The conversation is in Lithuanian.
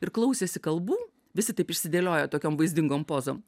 ir klausėsi kalbų visi taip išsidėliojo tokiom vaizdingom pozom